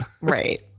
Right